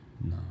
no